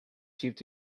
achieved